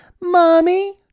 Mommy